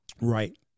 right